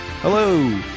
Hello